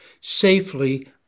safely